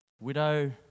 Widow